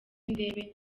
ndebe